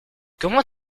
comment